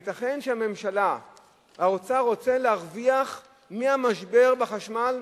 הייתכן שהאוצר רוצה להרוויח מהמשבר בחשמל?